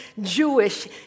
Jewish